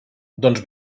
doncs